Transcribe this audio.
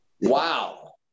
wow